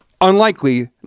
Unlikely